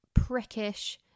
prickish